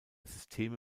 systeme